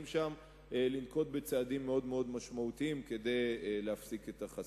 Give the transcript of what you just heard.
שם לנקוט צעדים מאוד מאוד משמעותיים כדי להפסיק את החשיפה.